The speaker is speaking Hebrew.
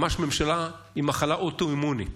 ממש ממשלה עם מחלה אוטואימונית,